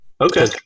Okay